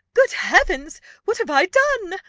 good heavens! what have i done?